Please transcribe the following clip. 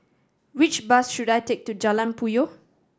which bus should I take to Jalan Puyoh